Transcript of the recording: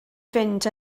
fynd